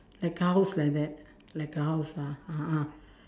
like house like that like a house ah (uh huh)